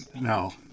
No